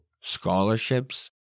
scholarships